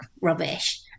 rubbish